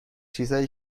چیزهایی